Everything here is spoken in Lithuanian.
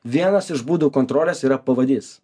vienas iš būdų kontrolės yra pavadis